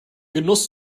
genuss